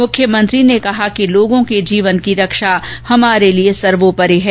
मुख्यमंत्री ने कहा कि लोगों के जीवन की रक्षा हमारे लिए सर्वोपरि है